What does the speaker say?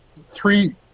three